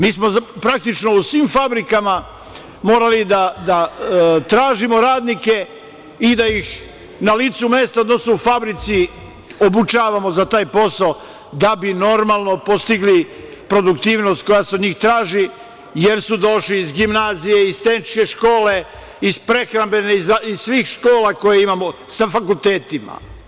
Mi smo praktično u svim fabrikama morali da tražimo radnike i da ih na licu mesta, odnosno u fabrici obučavamo za taj posao da bi normalno postigli produktivnost koja se od njih traži, jer su došli iz gimnazije, iz tehničke škole, iz prehrambene, iz svih škola koje imamo, sa fakultetima.